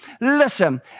listen